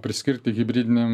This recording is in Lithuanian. priskirti hibridinėm